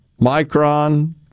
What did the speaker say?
Micron